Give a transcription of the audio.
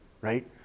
right